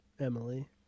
Emily